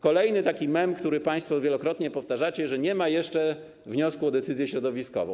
Kolejny mem, który państwo wielokrotnie powtarzacie, że nie ma jeszcze wniosku o decyzję środowiskową.